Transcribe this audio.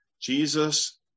Jesus